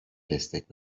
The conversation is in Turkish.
destek